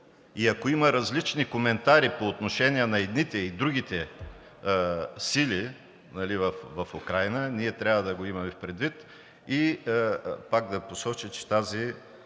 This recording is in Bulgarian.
и ако има различни коментари по отношение на едните и другите сили в Украйна, ние трябва да го имаме предвид. И пак да посоча, че тези